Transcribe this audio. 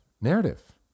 narrative